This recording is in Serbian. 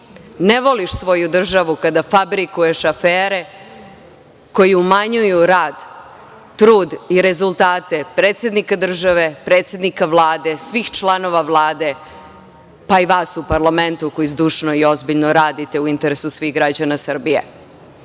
voliš svoju državu kada fabrikuješ afere koje umanjuju rad, trud i rezultate predsednika države, predsednika Vlade, svih članova Vlade, pa i vas u parlamentu koji zdušno i ozbiljno radite u interesu svih građana Srbije. Tako